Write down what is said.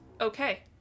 okay